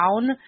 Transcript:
down